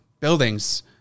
buildings